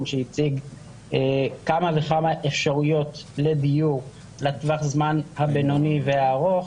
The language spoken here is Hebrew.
שהציג כמה וכמה אפשרויות לדיור לטווח הזמן הבינוני והארוך.